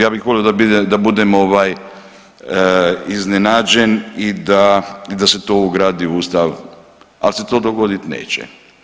Ja bih volio da budem ovaj iznenađen i da se to ugradi u Ustav, ali se to dogodit neće.